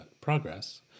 progress